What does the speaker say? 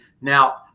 Now